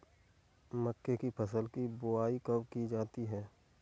मक्के की फसल की बुआई कब की जाती है?